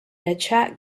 attracted